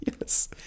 yes